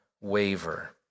waver